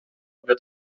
wird